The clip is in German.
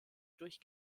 durch